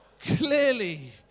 clearly